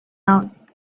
out